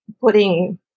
putting